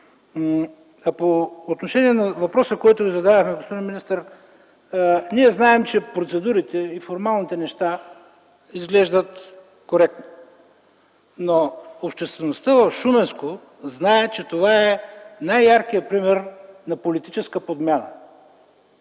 По отношение на въпроса, който Ви зададохме, господин министър. Ние знаем, че процедурите и формалните неща изглеждат коректно, но обществеността в Шуменско знае, че това е най-яркият пример за политическа подмяна.